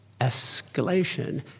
escalation